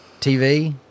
TV